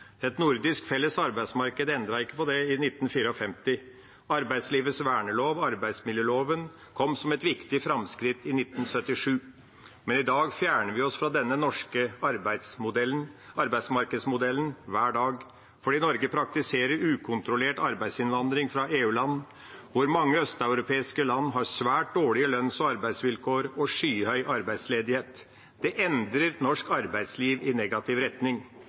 Et nordisk felles arbeidsmarked endret ikke på det i 1954. Arbeidslivets vernelov, arbeidsmiljøloven, kom som et viktig framskritt i 1977. Men i dag fjerner vi oss fra denne norske arbeidsmarkedsmodellen hver dag fordi Norge praktiserer ukontrollert arbeidsinnvandring fra EU-land, hvor mange østeuropeiske land har svært dårlige lønns- og arbeidsvilkår og skyhøy arbeidsledighet. Det endrer norsk arbeidsliv i negativ retning.